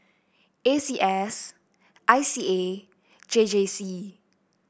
A C S I C A J J C